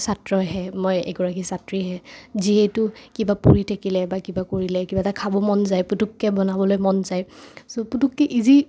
ছাত্ৰহে মই এগৰাকী ছাত্ৰীহে যিহেতু কিবা পঢ়ি থাকিলে বা কিবা কৰিলে কিবা এটা খাব মন যায় পুতুককৈ বনাবলৈ মন যায় চ' পুতুককেৈ ইজি